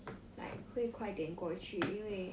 like 会快点过去因为